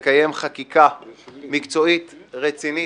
לקיים חקיקה מקצועית, רצינית,